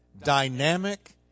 dynamic